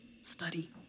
study